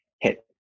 hit